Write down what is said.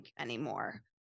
anymore